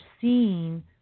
seeing